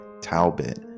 talbot